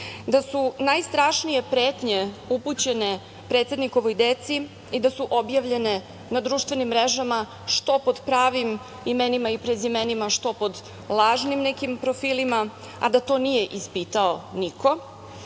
da su najstrašnije pretnje upućene predsednikovoj deci i da su objavljene na društvenim mrežama, što pod pravim imenima i prezimenima, što pod lažnim nekim profilima, a da to nije ispitao niko? Kako